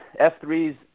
F3's